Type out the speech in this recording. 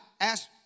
ask